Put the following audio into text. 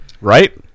Right